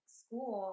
school